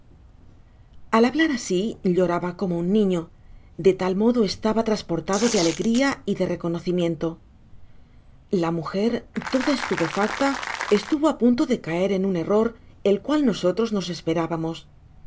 enviado al hablar asi lloraba como un niño de tal modo estaha trasportado de alegria y de reconocimiento la mujer toda estupefacta estuvo á punto de caer en un error ej cual nosotros no esperábamos